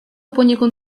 poniekąd